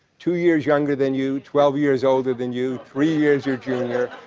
two years younger than you, twelve years older than you, three years your junior,